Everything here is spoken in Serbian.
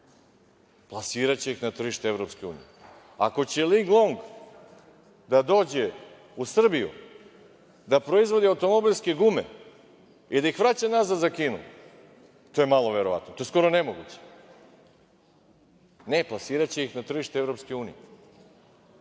Plasiraće ih na tržište EU. Ako će "Linglong" da dođe u Srbiju da proizvodi automobilske gume i da ih vraća nazad za Kinu, to je malo verovatno, skoro nemoguće. Ne, plasiraće ih na tržište